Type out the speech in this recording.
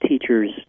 teachers